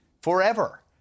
forever